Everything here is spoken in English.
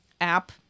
app